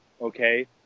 okay